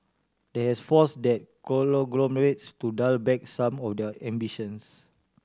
that has force that conglomerates to dial back some of their ambitions